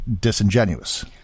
disingenuous